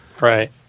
Right